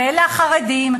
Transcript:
ואלה החרדים,